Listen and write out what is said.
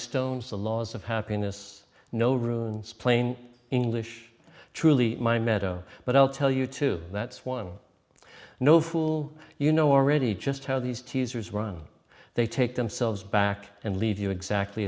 stones the laws of happiness no runes plain english truly my meadow but i'll tell you to that's one no fool you know already just how these teasers run they take themselves back and leave you exactly